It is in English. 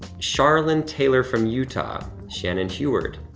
charlin taylor from utah. shannon sheward,